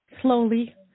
Slowly